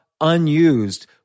unused